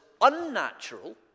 unnatural